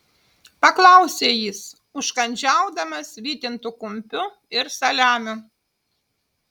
paklausė jis užkandžiaudamas vytintu kumpiu ir saliamiu